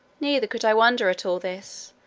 neither could i wonder at all this,